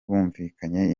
bumvikanye